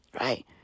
right